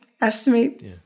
estimate